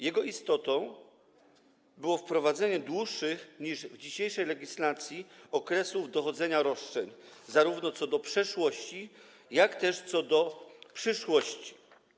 Jego istotą było wprowadzenie dłuższych niż w dzisiejszej legislacji okresów dochodzenia roszczeń, zarówno co do przeszłości, jak i co do przyszłości.